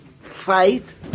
fight